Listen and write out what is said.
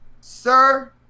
Sir